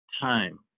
time